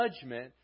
judgment